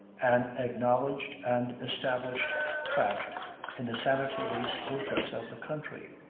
an acknowledged and established fact in the sanatory statistics of the country.